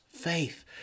Faith